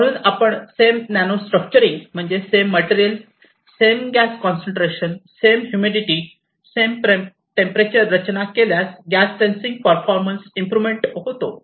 म्हणून आपण same nano structuring म्हणजे same material same gas concentration same humidity same temperature रचना केल्यास गॅस सेन्सिंग परफॉर्मन्स इम्प्रोवमेंट होतो